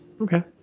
Okay